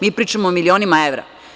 Mi pričamo o milionima evra.